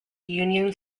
union